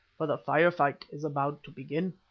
for the fire-fight is about to begin.